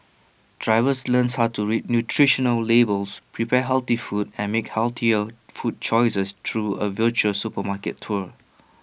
drivers learns how to read nutritional labels prepare healthy food and make healthier food choices through A virtual supermarket tour